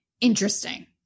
interesting